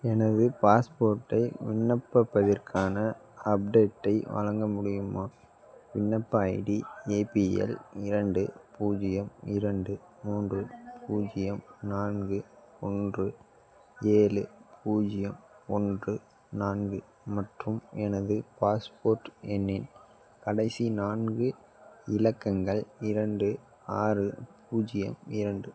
எனது பாஸ்போர்ட்டை விண்ணப்பப்பதிற்கான அப்டேட்டை வழங்க முடியுமா விண்ணப்ப ஐடி ஏபிஎல் இரண்டு பூஜ்ஜியம் இரண்டு மூன்று பூஜ்ஜியம் நான்கு ஒன்று ஏழு பூஜ்ஜியம் ஒன்று நான்கு மற்றும் எனது பாஸ்போர்ட் எண்ணின் கடைசி நான்கு இலக்கங்கள் இரண்டு ஆறு பூஜ்ஜியம் இரண்டு